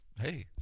hey